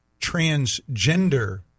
transgender